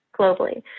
globally